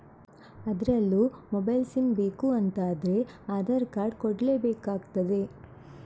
ಅದ್ರಲ್ಲೂ mobile sim ಬೇಕು ಅಂತ ಆದ್ರೆ ಆಧಾರ್ ಕಾರ್ಡ್ ಕೊಡ್ಲೇ ಬೇಕಾಗ್ತದೆ